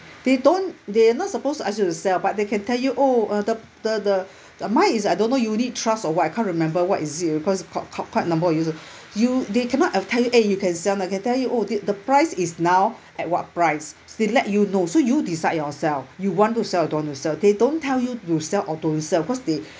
they don't they're not supposed to ask you to sell but they can tell you oh uh the the the mine is I don't know unit trust or what I can't remember what is it because qui~ qui~ quite a number of years you they cannot ever tell you eh you can sell now can tell you orh the price is now at what price they let you know so you decide yourself you want to sell or don't want to sell they don't tell you sell or don't sell cause they